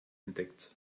entdeckt